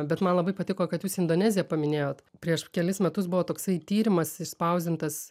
bet man labai patiko kad jūs indoneziją paminėjot prieš kelis metus buvo toksai tyrimas išspausdintas